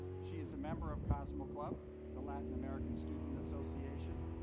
she is a member of cosmo club, the latin american student association,